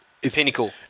pinnacle